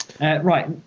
Right